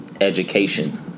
education